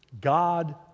God